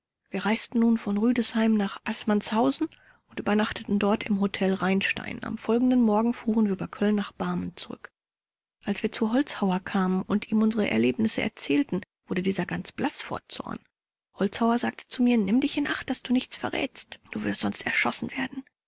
wir reisten nun von rüdesheim nach aßmannshausen und übernachteten dort im hotel rheinstein am folgenden morgen fuhren wir über köln nach barmen zurück als wir zu holzhauer kamen und ihm unsere erlebnisse erzählten wurde dieser ganz blaß vor zorn holzhauer sagte zu mir nimm dich in acht daß du nichts verrätst du würdest sonst erschossen werden